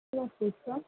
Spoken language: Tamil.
அர்ச்சனா ஸ்வீட்ஸா